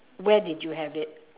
where did you have it